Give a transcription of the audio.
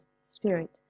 spirit